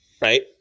right